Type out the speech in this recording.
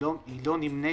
שלא נמנית,